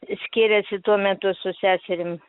skyrėsi tuo metu su seserim